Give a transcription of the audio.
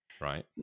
right